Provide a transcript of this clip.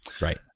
right